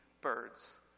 birds